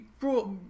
brought